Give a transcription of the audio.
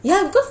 ya because